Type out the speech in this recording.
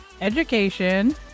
education